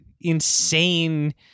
insane